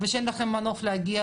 ושאין לכם מנוף להגיע,